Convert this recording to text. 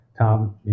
Tom